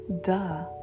duh